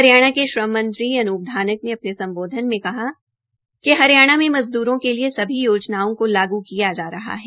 हरियाणा के श्रम मंत्री अपून धानक ने अपने सम्बोधन में कहा कि हरियाणा में मजदूरों के लिए सभी योजनाओं को लागू किया जा रहा है